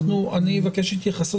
אני אבקש התייחסות.